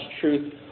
truth